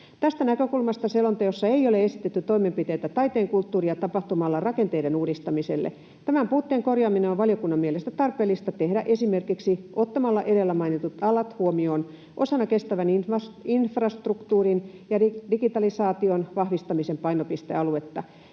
Tästä näkökulmasta selonteossa ei ole esitetty toimenpiteitä taiteen, kulttuurin ja tapahtuma-alan rakenteiden uudistamiselle. Tämän puutteen korjaaminen on valiokunnan mielestä tarpeellista tehdä esimerkiksi ottamalla edellä mainitut alat huomioon osana kestävän infrastruktuurin ja digitalisaation vahvistamisen painopistealuetta.